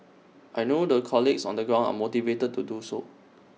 I know the colleagues on the ground are motivated to do so